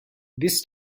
this